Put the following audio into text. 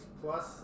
plus